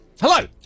Hello